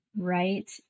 right